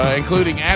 including